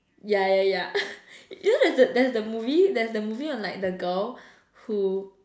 ya ya ya you know there is a movie there is a movie on like the girl who